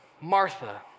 Martha